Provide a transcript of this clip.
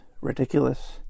ridiculous